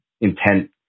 intent